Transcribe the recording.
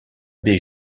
baie